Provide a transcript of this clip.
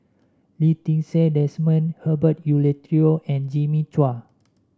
Lee Ti Seng Desmond Herbert Eleuterio and Jimmy Chua